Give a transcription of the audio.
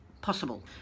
possible